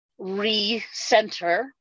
recenter